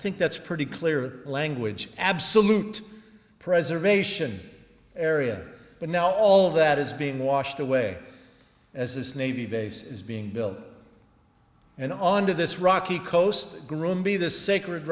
think that's pretty clear language absolute preservation area but now all of that is being washed away as this navy base is being built and on to this rocky coast groome be the sacred